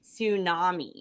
tsunami